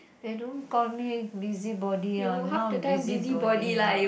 they don't call me busybody ah now busybody ah